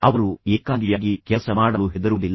ಅವರು ಏಕಾಂಗಿಯಾಗಿ ಕೆಲಸ ಮಾಡಲು ಹೆದರುವುದಿಲ್ಲ